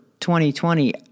2020